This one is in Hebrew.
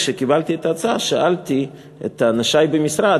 כשקיבלתי את ההצעה שאלתי את אנשי במשרד,